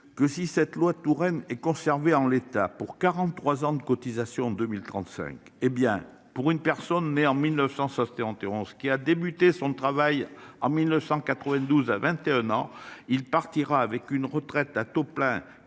que si cette loi Touraine et conserver en l'état pour 43 ans de cotisation 2035 hé bien pour une personne née en 1900, société enterrons ce qui a débuté son travail en 1992 à 21 ans, il partira avec une retraite à taux plein.